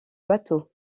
bateaux